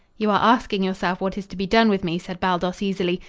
you are asking yourself what is to be done with me, said baldos easily.